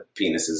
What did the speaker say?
penises